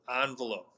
envelope